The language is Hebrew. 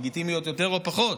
לגיטימיות יותר או פחות,